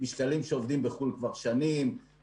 משקלים שעובדים בחו"ל כבר שנים.